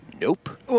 Nope